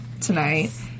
tonight